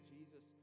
Jesus